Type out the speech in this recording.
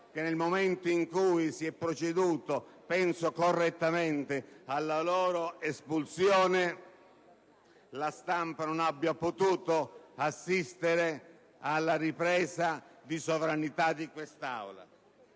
che, nel momento in cui si è proceduto, penso correttamente, alla loro espulsione, la stampa non abbia potuto assistere alla ripresa di sovranità di quest'Aula.